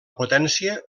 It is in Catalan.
potència